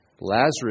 Lazarus